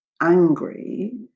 angry